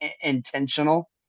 intentional